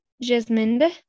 Jasmine